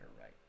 right